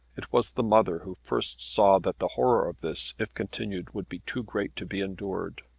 it was the mother who first saw that the horror of this if continued would be too great to be endured.